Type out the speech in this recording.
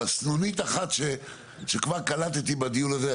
אבל סנונית אחת שכבר קלטתי בדיון הזה,